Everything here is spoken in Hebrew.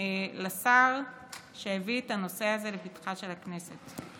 לשר שהביא את הנושא הזה לפתחה של הכנסת.